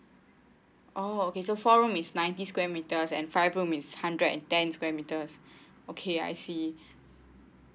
oh okay so four room is ninety square meters and five room is hundred and ten square meters okay I see